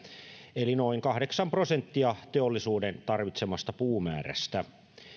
eli noin kahdeksan prosenttia teollisuuden tarvitsemasta puumäärästä